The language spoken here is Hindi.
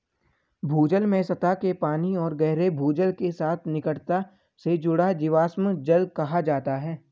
भूजल में सतह के पानी और गहरे भूजल के साथ निकटता से जुड़ा जीवाश्म जल कहा जाता है